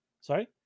Sorry